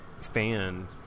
fan